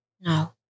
No